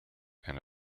and